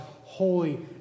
holy